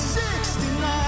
69